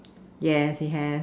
yes he has